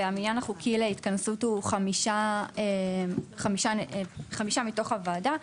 והמניין החוקי להתכנסות הוא חמישה מתוך הוועדה,